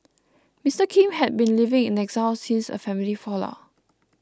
Mister Kim had been living in exile since a family fallout